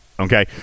Okay